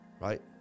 right